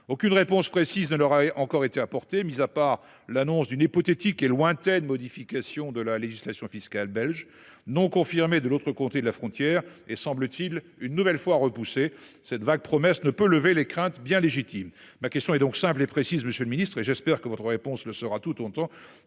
Aucune réponse précise ne leur encore été apportée, mise à part l'annonce d'une hypothétique et lointaine modification de la législation fiscale belge non confirmées, de l'autre côté de la frontière et semble-t-il une nouvelle fois repoussée cette vague promesse ne peut lever les craintes bien légitimes. Ma question est donc simple et précise, monsieur le ministre et j'espère que votre réponse le sera tout autant.